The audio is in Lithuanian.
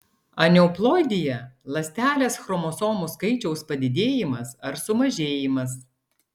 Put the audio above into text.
aneuploidija ląstelės chromosomų skaičiaus padidėjimas ar sumažėjimas